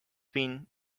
been